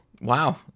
Wow